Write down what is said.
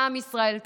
לעם ישראל.